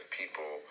people